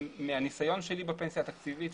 מהניסיון שלי בפנסיה התקציבית,